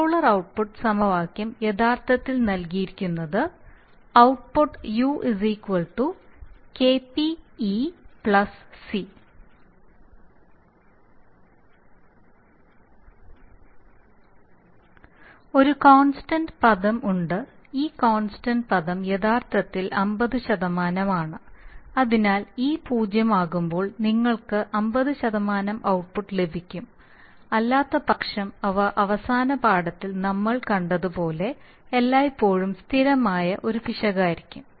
controller output സമവാക്യം യഥാർത്ഥത്തിൽ നൽകിയിരിക്കുന്നത് ഔട്ട്പുട്ട് u Kp C ഒരു കോൺസ്റ്റൻനറ് പദം ഉണ്ട് ഈ കോൺസ്റ്റൻനറ് പദം യഥാർത്ഥത്തിൽ 50 ആണ് അതിനാൽ e പൂജ്യമാകുമ്പോൾ നിങ്ങൾക്ക് 50 ഔട്ട്പുട്ട് ലഭിക്കും അല്ലാത്തപക്ഷം അവ അവസാന പാഠത്തിൽ നമ്മൾ കണ്ടതുപോലെ എല്ലായ്പ്പോഴും സ്ഥിരമായ ഒരു പിശകായിരിക്കും